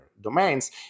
domains